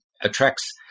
attracts